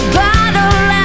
bottle